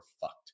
fucked